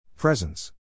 Presence